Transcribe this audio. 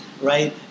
Right